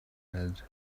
lead